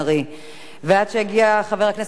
עד שיגיע חבר הכנסת מיכאל בן-ארי,